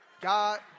God